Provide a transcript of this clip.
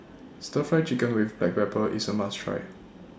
Stir Fry Chicken with Black Pepper IS A must Try